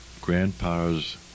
Grandpa's